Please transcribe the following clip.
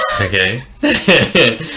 Okay